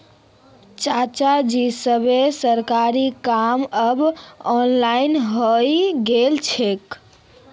चाचाजी सबला सरकारी काम अब ऑनलाइन हइ गेल छेक